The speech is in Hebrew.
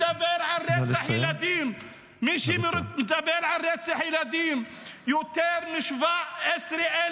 מי שמדבר על רצח ילדים -- נא לסיים.